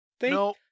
no